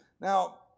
Now